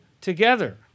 together